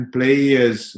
players